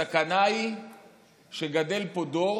הסכנה היא שגדל פה דור